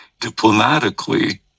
diplomatically